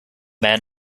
man